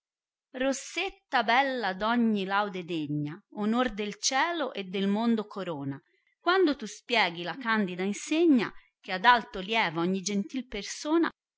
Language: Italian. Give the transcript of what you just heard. rossetta bella d ogni laude degna onor del cielo e del mondo corona quando tu spieghi la candida insegna che ad alto lieva ogni gentil persona